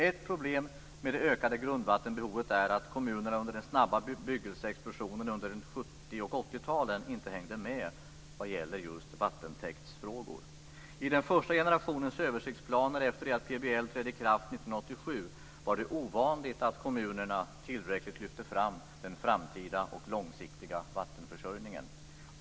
Ett problem med det ökade grundvattenbehovet är att kommunerna under den snabba bebyggelseexplosionen under 1970 och 1980-talen inte hängde med vad gäller just vattentäktsfrågor. I den första generationen översiktsplaner efter det att PBL trädde i kraft 1987 var det ovanligt att kommunerna tillräckligt lyfte fram den framtida och långsiktiga vattenförsörjningen.